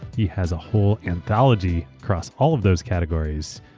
he has a whole anthology across all of those categories,